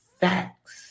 Facts